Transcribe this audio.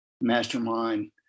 mastermind